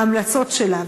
ההמלצות שלה,